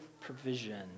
provision